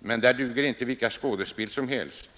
men där duger inte vilka skådespel som helst.